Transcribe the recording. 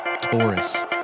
Taurus